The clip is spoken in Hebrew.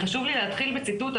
חשוב לי להתחיל בציטוט.